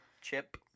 Chip